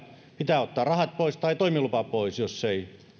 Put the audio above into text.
pitää ottaa rahat pois tai toimilupa pois jos ei